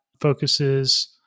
focuses